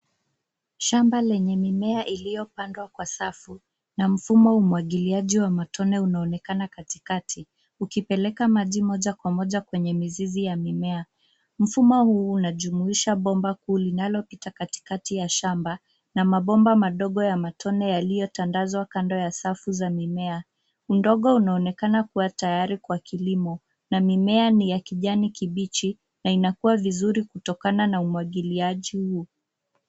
Shamba lenye mimea iliyopandwa kwa safu na mfumo wa umwagiliaji wa matone unaonekana katikati, ukipeleka maji moja kwa moja kwenye mizizi ya mimea. Mfumo huu unajumuisha bomba kuu linalopita katikati ya shamba na mabomba madogo ya matone yaliyotandazwa kando ya safu za mimea. Udongo unaonekana kuwa tayari kwa kilimo na mimea ni ya kijani kibichi na inakua vizuri kutokana na umwagiliaji huu.